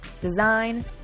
design